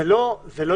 זה לא הגיוני.